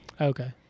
Okay